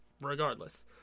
regardless